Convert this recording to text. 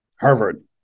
Harvard